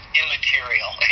immaterial